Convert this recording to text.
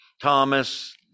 Thomas